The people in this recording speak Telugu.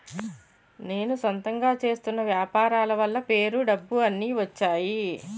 నేను సొంతంగా చేస్తున్న వ్యాపారాల వల్ల పేరు డబ్బు అన్ని వచ్చేయి